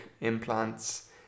implants